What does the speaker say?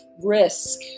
risk